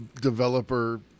developer